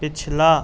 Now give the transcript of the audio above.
پچھلا